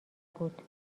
بود